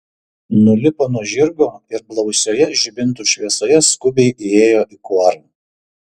nulipo nuo žirgo ir blausioje žibintų šviesoje skubiai įėjo į kuorą